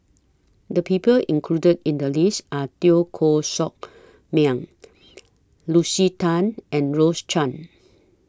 The People included in The list Are Teo Koh Sock Miang Lucy Tan and Rose Chan